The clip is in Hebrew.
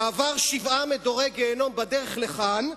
שעבר שבעה מדורי גיהינום בדרך לכאן,